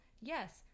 Yes